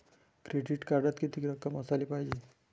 Credit कार्डात कितीक रक्कम असाले पायजे?